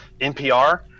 NPR